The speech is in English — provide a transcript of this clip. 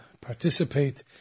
participate